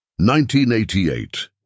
1988